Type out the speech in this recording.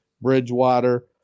Bridgewater